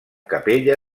capella